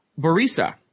Barisa